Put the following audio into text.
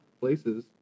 places